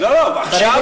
לא, מה, לא, לא עכשיו.